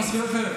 למה שכירי חרב?